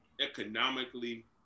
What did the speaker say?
economically